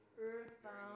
earthbound